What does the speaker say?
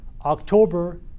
October